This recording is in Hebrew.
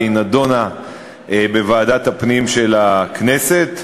והיא נדונה בוועדת הפנים של הכנסת.